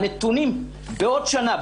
הנתונים בעוד שנה,